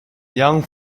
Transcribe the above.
young